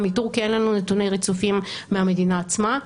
גם מטורקיה אין לנו נתוני ריצופים מהמדינה עצמה.